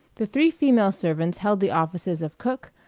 the three female servants held the offices of cook,